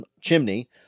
chimney